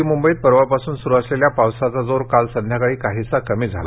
नवी मुंबईत परवापासून सुरू असलेल्या पावसाचा जोर काल संध्याकाळी काहीसा कमी झाला